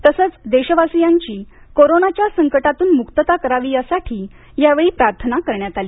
तसंच देशवासियांची कोरोनाच्या संकटातून मुक्तता करावी यासाठी यावेळी प्रार्थना करण्यात आली